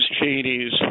Cheney's